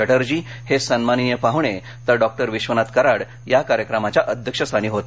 चॅटर्जी हे सन्माननीय पाहुणे तर डॉक्टर विश्वनाथ कराड या कार्यक्रमाच्या अध्यक्षस्थानी होते